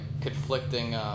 conflicting